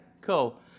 Cool